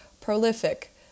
prolific